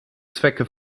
zwecke